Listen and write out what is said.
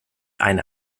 eine